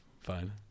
Fine